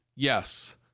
Yes